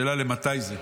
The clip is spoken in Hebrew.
השאלה, למתי זה?